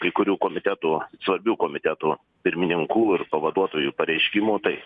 kai kurių komitetų svarbių komitetų pirmininkų ir pavaduotojų pareiškimų tai